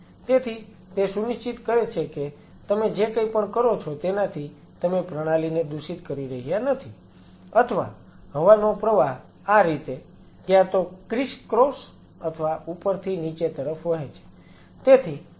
તેથી તે સુનિશ્ચિત કરે છે કે તમે જે કઈ પણ કરો છો તેનાથી તમે પ્રણાલીને દૂષિત કરી રહ્યા નથી અથવા હવાનો પ્રવાહ આ રીતે ક્યાં તો ક્રિસ ક્રોસ અથવા ઉપરથી નીચે તરફ વહે છે